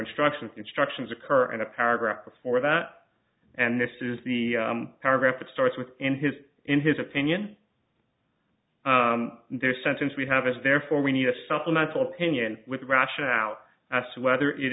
instructions instructions occur and a paragraph before that and this is the paragraph it starts with in his in his opinion there sentence we have is therefore we need a supplemental opinion with the rationale as to whether it